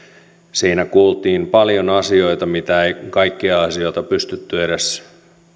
siinä kuultiin paljon asioita mitä ei kaikkia pystytty edes